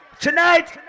tonight